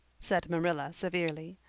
said marilla severely.